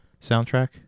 soundtrack